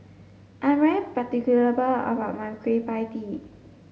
I'm particular about my Kueh Pie Tee